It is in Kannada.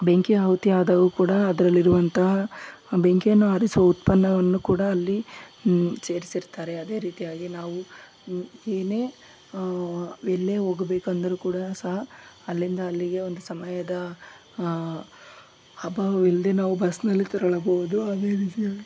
ಬೆಂಕಿ ಆಹುತಿ ಆದವು ಕೂಡ ಅದರಲ್ಲಿರುವಂತಹ ಬೆಂಕಿಯನ್ನು ಆರಿಸುವ ಉತ್ಪನ್ನವನ್ನು ಕೂಡ ಅಲ್ಲಿ ಸೇರಿಸಿರ್ತಾರೆ ಅದೇ ರೀತಿಯಾಗಿ ನಾವು ಏನೇ ಎಲ್ಲೇ ಹೋಗಬೇಕೆಂದರೂ ಕೂಡ ಸಹ ಅಲ್ಲಿಂದ ಅಲ್ಲಿಗೆ ಒಂದು ಸಮಯದ ಅಭಾವವಿಲ್ಲದೆ ನಾವು ಬಸ್ನಲ್ಲಿ ತೆರಳಬಹುದು ಅದೇ ರೀತಿಯಾಗಿ